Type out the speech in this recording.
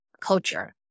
culture